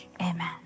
Amen